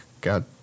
God